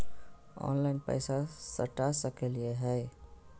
Online पैसा सटा सकलिय है?